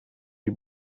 die